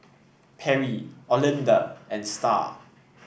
Perry Olinda and Star